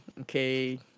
okay